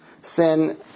sin